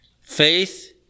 Faith